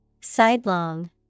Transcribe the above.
sidelong